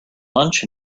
lunch